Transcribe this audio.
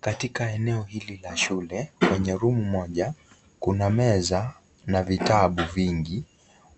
Katika eneo hili la shule, kwenye rumu moja kuna meza na vitabu vingi